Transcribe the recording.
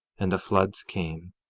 and the floods came,